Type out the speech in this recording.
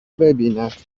ببیند